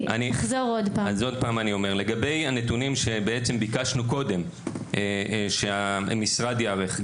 תחזור עוד פעם.) לגבי הנתונים שביקשתם קודם שהמשרד ייערך.